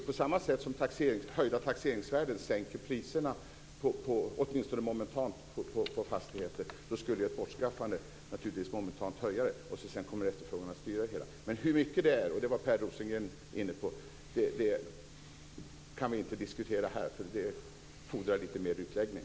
På samma sätt som höjda taxeringsvärden åtminstone momentant sänker priserna på fastigheter så skulle ett bortskaffande naturligtvis momentant höja dem. Sedan kommer efterfrågan att styra det hela. Men hur mycket det handlar om - och det var också Per Rosengren inne på - kan vi inte diskutera här för det fordrar lite mer utläggning.